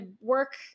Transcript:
work